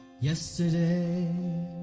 Yesterday